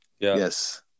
Yes